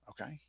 okay